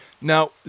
Now